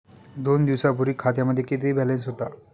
दोन दिवसांपूर्वी खात्यामध्ये किती बॅलन्स होता?